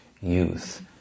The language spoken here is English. youth